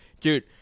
Dude